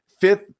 fifth